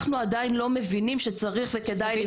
עדיין לא מבינים שצריך וכדאי לבדוק.